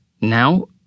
Now